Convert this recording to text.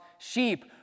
Sheep